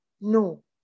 No